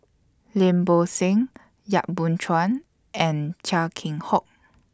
Lim Bo Seng Yap Boon Chuan and Chia Keng Hock